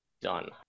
done